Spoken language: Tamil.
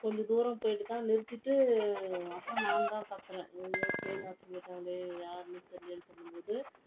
கொஞ்ச தூரம் போய்விட்டு தான் நிறுத்திவிட்டு அப்புறோம் நான் தான் துரத்துனேன் ஐயோ செயின் அறுத்துன்னு போயிட்டாங்களே யார்னு தெர்லியே சொல்லும்போது